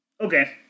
Okay